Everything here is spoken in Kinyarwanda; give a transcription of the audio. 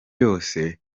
yose